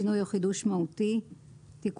שינוי או חידוש מהותי" תיקון,